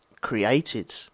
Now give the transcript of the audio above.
created